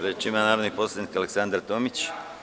Reč ima narodni poslanik Aleksandra Tomić.